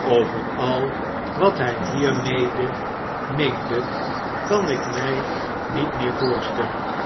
over al wat hij hiermede meende kan ik my niet meer voorstellen